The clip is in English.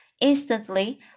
Instantly